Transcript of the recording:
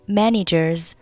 manager's